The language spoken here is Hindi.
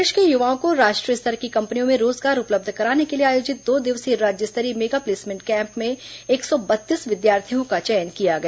प्रदेश के युवाओं को राष्ट्रीय स्तर की कंपनियों में रोजगार उपलब्ध कराने के लिए आयोजित दो दिवसीय राज्य स्तरीय मेगा प्लेसमेंट कैम्प में एक सौ बत्तीस विद्यार्थियों का चयन किया गया